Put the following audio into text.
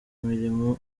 mirimo